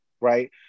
right